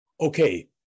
Okay